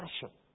passion